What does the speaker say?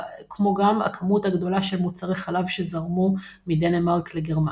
כמו גם הכמות הגדולה של מוצרי חלב שזרמו מדנמרק לגרמניה.